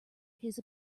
his